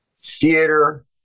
theater